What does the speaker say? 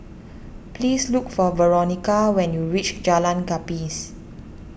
please look for Veronica when you reach Jalan Gapis